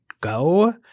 go